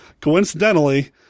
coincidentally